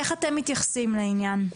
איך אתם מתייחסים לעניין?